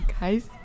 guys